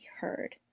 heard